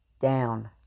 down